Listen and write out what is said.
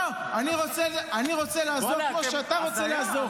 לא, אני רוצה לעזור כמו שאתה רוצה לעזור.